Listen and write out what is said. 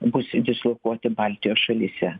bus dislokuoti baltijos šalyse